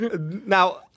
now